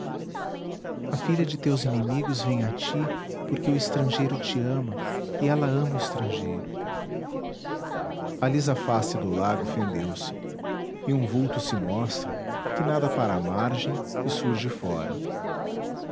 a filha de teus inimigos vem a ti porque o estrangeiro te ama e ela ama o estrangeiro a lisa face do lago fendeu se e um vulto se mostra que nada para a margem e surge fora